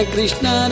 Krishna